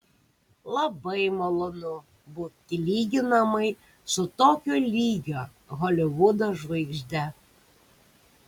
labai malonu būti lyginamai su tokio lygio holivudo žvaigžde